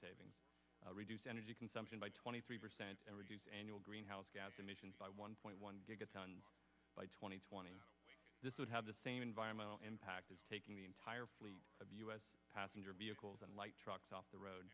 saving reduce energy consumption by twenty three percent and reduce annual greenhouse gas emissions by one point one gigaton by two thousand and twenty this would have the same environmental impact as taking the entire fleet of u s passenger vehicles and light trucks off the road